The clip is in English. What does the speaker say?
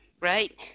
Right